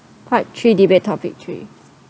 part three debate topic three